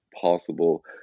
possible